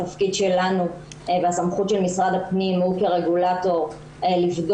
התפקיד שלנו והסמכות של משרד הפנים הוא כרגולטור לבדוק